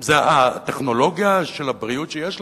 זה הטכנולוגיה של הבריאות שיש לנו.